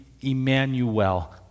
Emmanuel